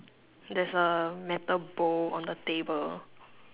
there's a metal bowl on the table